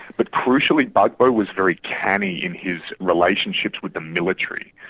but crucially, gbagbo was very canny in his relationships with the military.